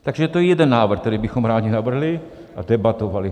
Takže to je jeden návrh, který bychom rádi navrhli a debatovali.